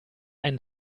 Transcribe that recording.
einen